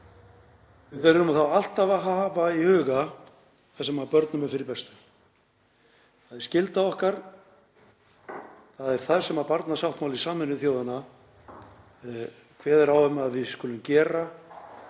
Við þurfum alltaf að hafa í huga það sem börnum er fyrir bestu. Það er skylda okkar og er það sem barnasáttmáli Sameinuðu þjóðanna kveður á um að við skulum gera.